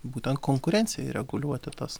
būtent konkurencijai reguliuoti tas